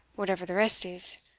whatever the rest is